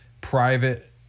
private